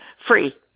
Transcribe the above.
Free